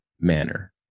manner